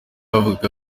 yavugaga